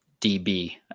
DB